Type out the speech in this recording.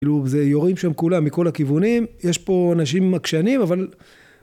כאילו זה יורים שם כולם מכל הכיוונים, יש פה אנשים עקשנים אבל...